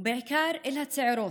ובעיקר אל הצעירות,